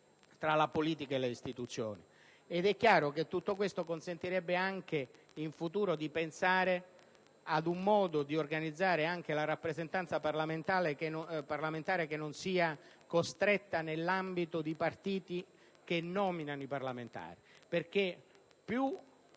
tra la politica e le istituzioni e consentirebbe in futuro di pensare ad un modo di organizzare anche la rappresentanza parlamentare, che non sia costretta nell'ambito di partiti che nominano i parlamentari. Più